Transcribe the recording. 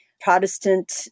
Protestant